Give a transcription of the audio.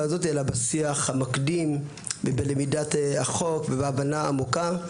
הזאת אלא בשיח המקדים ובלמידת החוק ובהבנה העמוקה.